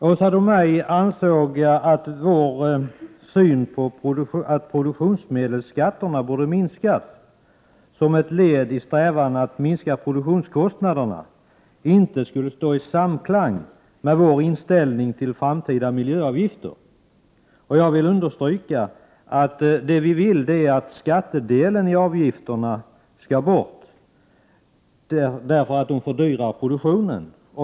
Åsa Domeij ansåg att vår uppfattning att produktionsmedelsskatterna borde minskas som ett led i strävan att minska produktionskostnaderna inte skulle stå i samklang med vår inställning till framtida miljöavgifter. Jag vill understryka att vad vi vill är att skattedelen i avgifterna skall bort därför att de fördyrar produktionen.